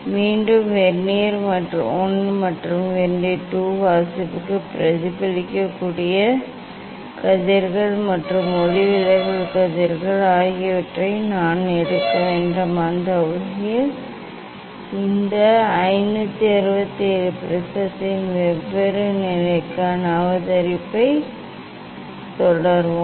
மீண்டும் vernier I மற்றும் vernier II வாசிப்புக்கு பிரதிபலிக்கக்கூடிய கதிர்கள் மற்றும் ஒளிவிலகல் கதிர்கள் ஆகியவற்றை நான் எடுக்க வேண்டும் அந்த வகையில் இந்த 5 6 7 ப்ரிஸத்தின் வெவ்வேறு நிலைக்கான அவதானிப்பைத் தொடருவோம்